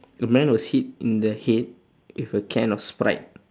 a man was hit in the head with a can of sprite